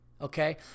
okay